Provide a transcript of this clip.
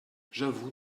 j’avoue